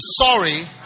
sorry